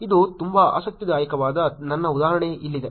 ಇದು ತುಂಬಾ ಆಸಕ್ತಿದಾಯಕವಾದ ನನ್ನ ಉದಾಹರಣೆ ಇಲ್ಲಿದೆ